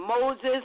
Moses